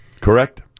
correct